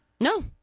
No